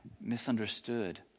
misunderstood